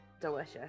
delicious